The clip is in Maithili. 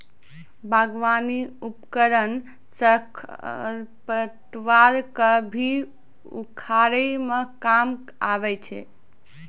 बागबानी उपकरन सँ खरपतवार क भी उखारै म काम आबै छै